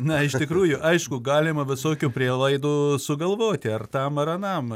na iš tikrųjų aišku galima visokių prielaidų sugalvoti ar tam ar anam